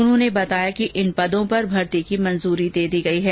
उन्होंने बताया कि इन पदों पर भर्ती की मंजूरी दे दी गई है